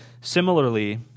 similarly